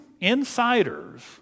insiders